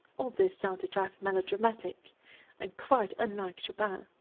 all this sounds a trifle melodramatic and quite unlike chopin.